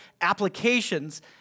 applications